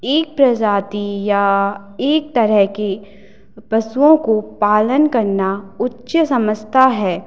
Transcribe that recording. एक प्रजाति या एक तरह की पशुओं को पालन करना उच्च समझता है